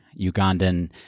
Ugandan